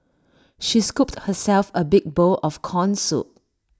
she scooped herself A big bowl of Corn Soup